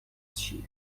چیه